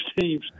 teams